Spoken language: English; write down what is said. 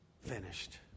finished